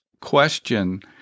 question